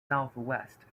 southwest